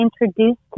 introduced